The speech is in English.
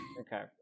Okay